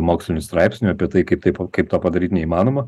mokslinių straipsnių apie tai kaip taip kaip to padaryt neįmanoma